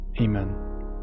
Amen